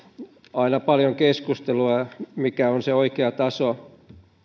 aina paljon keskustelua mikä on se oikea taso